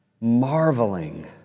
marveling